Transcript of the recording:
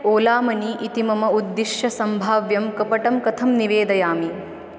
Ola money इति मम उद्दिश्य सम्भाव्यं कपटं कथं निवेदयामि